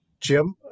Jim